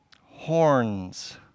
Horns